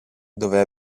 dove